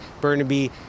Burnaby